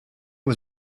was